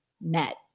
net